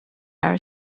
are